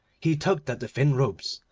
he tugged at the thin ropes,